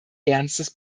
ernstes